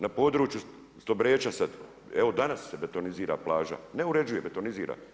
Na području Stobreča sad, evo danas se betonizira plaža, ne uređuje, betonizira.